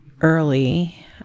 early